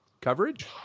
coverage